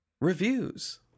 Reviews